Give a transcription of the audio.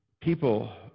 People